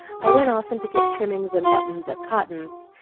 i went often to get trimmings and buttons at cotton's,